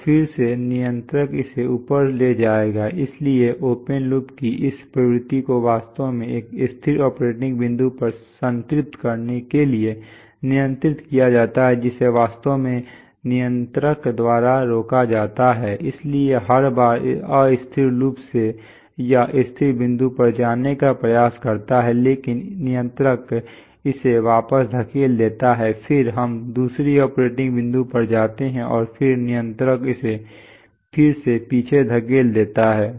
तो फिर से नियंत्रक इसे ऊपर ले जाएगा इसलिए ओपन लूप की इस प्रवृत्ति को वास्तव में एक स्थिर ऑपरेटिंग बिंदु पर संतृप्त करने के लिए नियंत्रित किया जाता है जिसे वास्तव में नियंत्रक द्वारा रोका जाता है इसलिए हर बार अस्थिर लूप से यह स्थिर बिंदु पर जाने का प्रयास करता है लेकिन नियंत्रक इसे वापस धकेल देता है फिर हम दूसरे ऑपरेटिंग बिंदु पर जाते हैं और फिर नियंत्रक इसे फिर से पीछे धकेल देता है